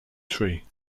tree